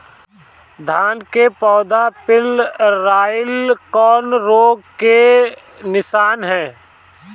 धान के पौधा पियराईल कौन रोग के निशानि ह?